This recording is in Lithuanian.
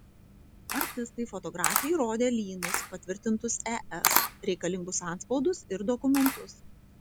artistai fotografei rodė lynus patvirtintus es reikalingus antspaudus ir dokumentus